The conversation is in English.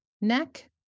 Neck